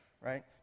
right